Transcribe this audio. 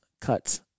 Cuts